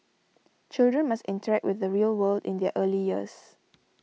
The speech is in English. children must interact with the real world in their early years